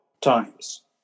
times